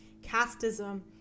casteism